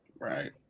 right